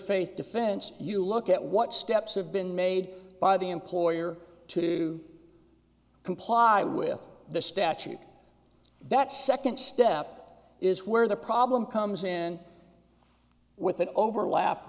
faith defense you look at what steps have been made by the employer to comply with the statute that second step is where the problem comes in with an overlap